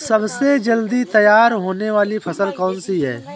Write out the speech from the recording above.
सबसे जल्दी तैयार होने वाली फसल कौन सी है?